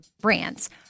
brands